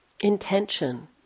intention